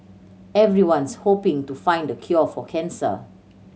everyone's hoping to find the cure for cancer